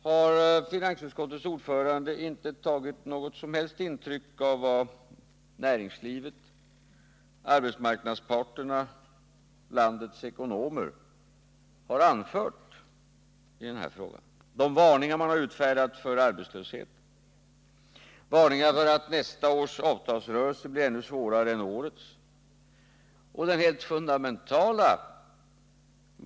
Har finansutskottets ordförande inte tagit något som helst intryck av vad näringslivet, arbetsmarknadsparterna och landets ekonomer har anfört i den här frågan? Har han inte tagit intryck av de varningar man har framfört för arbetslöshet, varningarna för att nästa års avtalsrörelse blir ännu svårare än årets eller varningarna — och de är fundamentala!